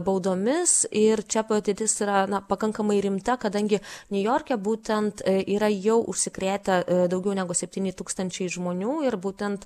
baudomis ir čia padėtis yra na pakankamai rimta kadangi niujorke būtent yra jau užsikrėtę daugiau negu septyni tūkstančiai žmonių ir būtent